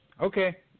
Okay